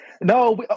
No